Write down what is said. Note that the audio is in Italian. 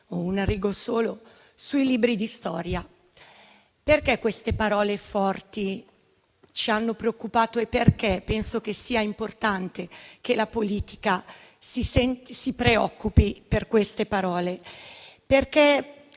a un rigo solo sui libri di storia. Perché queste parole forti ci hanno preoccupato e perché penso che sia importante che la politica se ne preoccupi? Penso che